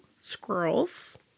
squirrels